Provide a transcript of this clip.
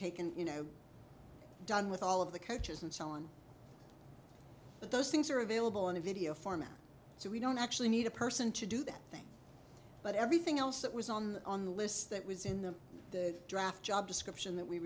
taken you know done with all of the coaches and so on but those things are available in a video format so we don't actually need a person to do that thing but everything else that was on the list that was in the draft job description that we